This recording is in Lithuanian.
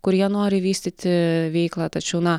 kurie nori vystyti veiklą tačiau na